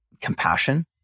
compassion